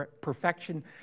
perfection